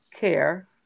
Care